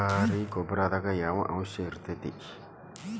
ಸರಕಾರಿ ಗೊಬ್ಬರದಾಗ ಯಾವ ಅಂಶ ಇರತೈತ್ರಿ?